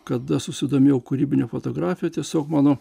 kada aš susidomėjau kūrybine fotografija tiesiog mano